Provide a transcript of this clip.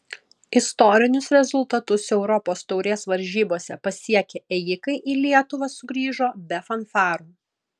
istorinius rezultatus europos taurės varžybose pasiekę ėjikai į lietuvą sugrįžo be fanfarų